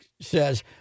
says